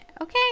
okay